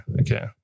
okay